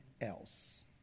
else